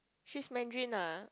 she's Mandarin ah